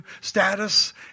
status